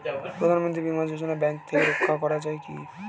প্রধানমন্ত্রী বিমা যোজনা ব্যাংক থেকে করা যায় কি?